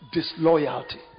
Disloyalty